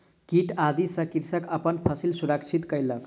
कीट आदि सॅ कृषक अपन फसिल सुरक्षित कयलक